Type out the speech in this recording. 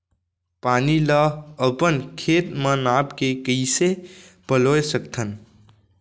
पानी ला अपन खेत म नाप के कइसे पलोय सकथन?